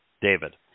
David